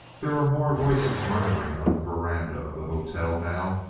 there were more voices murmuring on the veranda of the hotel now,